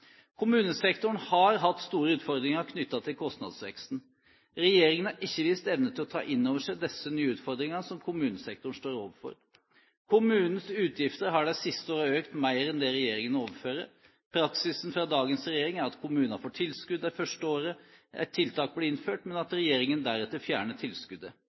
Kommunesektoren har hatt store utfordringer knyttet til kostnadsveksten. Regjeringen har ikke vist evne til å ta inn over seg de nye utfordringene som kommunesektoren står overfor. Kommunenes utgifter har de siste årene økt mer enn det regjeringen overfører. Praksisen fra dagens regjering er at kommuner får tilskudd det første året et tiltak blir innført, men at regjeringen deretter fjerner tilskuddet.